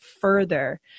further